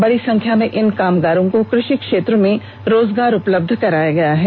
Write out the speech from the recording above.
बड़ी संख्या में इन कामगारों को कृषि क्षेत्र में रोजगार उपलब्ध कराया गया है